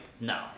no